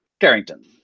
Carrington